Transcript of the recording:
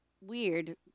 weird